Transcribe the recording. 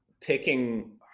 picking